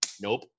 Nope